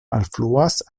alfluas